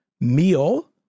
meal